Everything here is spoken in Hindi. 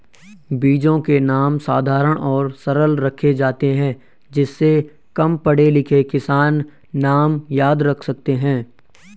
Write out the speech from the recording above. बीजों के नाम साधारण और सरल रखे जाते हैं जिससे कम पढ़े लिखे किसान नाम याद रख सके